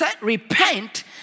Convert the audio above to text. Repent